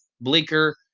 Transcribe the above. Bleaker